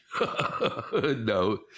no